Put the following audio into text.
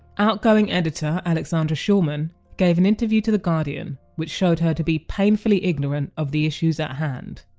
outgoing editor alexandra shulman gave an interview to the guardian which showed her to be painfully ignorant of the issues at hand.